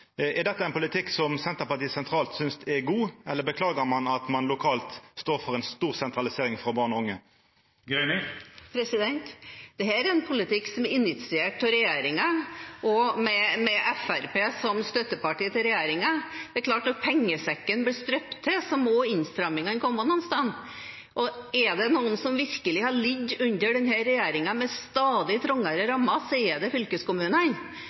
Er dette ein politikk som Senterpartiet sentralt synest er god, eller beklagar ein at ein lokalt står for ei stor sentralisering frå barn og unge? Dette er en politikk som er initiert av regjeringen, og med Fremskrittspartiet som støtteparti til regjeringen. Det er klart at når pengesekken blir strupt igjen, må innstrammingene komme et sted. Og er det noen som virkelig har lidd under denne regjeringen, med stadig trangere rammer, så er det fylkeskommunene.